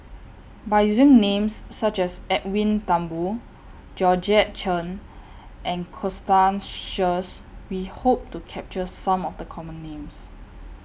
By using Names such as Edwin Thumboo Georgette Chen and Constance Sheares We Hope to capture Some of The Common Names